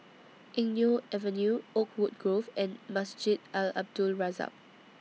Eng Neo Avenue Oakwood Grove and Masjid Al Abdul Razak